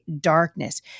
darkness